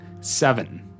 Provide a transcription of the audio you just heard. Seven